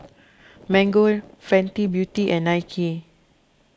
Mango Fenty Beauty and Nike